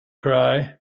cry